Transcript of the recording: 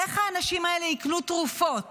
איך האנשים האלה יקנו תרופות?